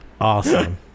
awesome